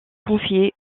confiée